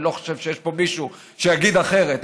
אני לא חושב שיש פה מישהו שיגיד אחרת,